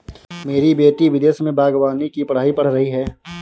मेरी बेटी विदेश में बागवानी की पढ़ाई पढ़ रही है